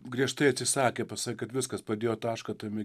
griežtai atsisakė pasakė kad viskas padėjo tašką tame